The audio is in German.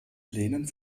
plänen